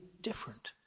different